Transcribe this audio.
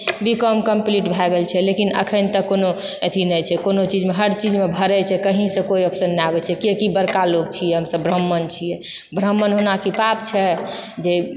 B com complete भए गेल छै लेकिन अखनि तक कोनो अथी नहि छै कोनो चीजमे हर चीजमे भरैत छै कहींँसँ कोइ ऑप्शन नहि आबैत छै किआकि बड़का लोग छियै हमसब ब्राह्मण छियै ब्राह्मण होना की पाप छै जे